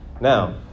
now